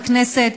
בכנסת.